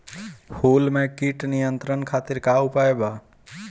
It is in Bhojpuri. फूल में कीट नियंत्रण खातिर का उपाय बा?